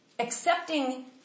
accepting